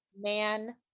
Man